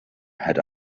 had